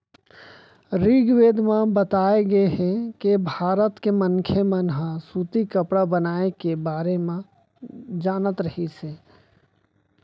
ऋगवेद म बताए गे हे के भारत के मनखे मन ह सूती कपड़ा बनाए के बारे म जानत रहिस हे